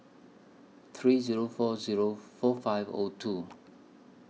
three Zero four Zero four five O two